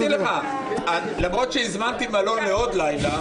אמרתי לך, למרות שהזמנתי מלון לעוד לילה.